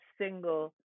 single